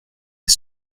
est